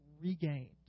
regained